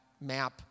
map